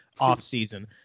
offseason